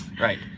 right